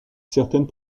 certaines